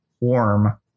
warm